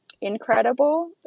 incredible